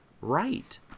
right